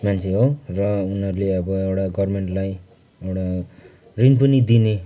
मान्छे हो र उनीहरूले अब एउटा गर्मेन्टलाई एउटा ऋण पनि दिने